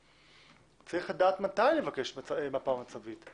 צריך לדעת מתי לבקש מפה מצבית.